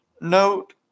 note